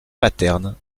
paterne